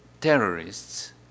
terrorists